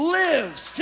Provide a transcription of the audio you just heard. lives